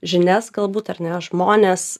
žinias galbūt ar ne žmones